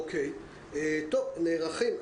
נערכים,